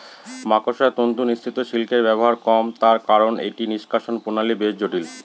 মাকড়সার তন্তু নিঃসৃত সিল্কের ব্যবহার কম তার কারন এটি নিঃষ্কাষণ প্রণালী বেশ জটিল